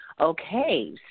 Okay